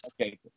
Okay